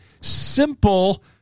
simple